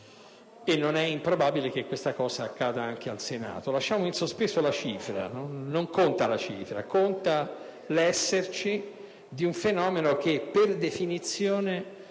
e non è improbabile che questo accada anche al Senato. Lasciamo in sospeso la cifra: non conta la cifra, ma l'esistenza di un fenomeno che per definizione